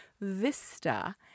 vista